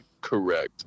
correct